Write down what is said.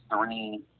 three